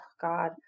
God